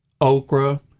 okra